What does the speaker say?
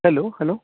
hello hello